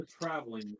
traveling